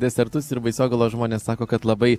desertus ir baisogalos žmonės sako kad labai